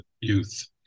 youth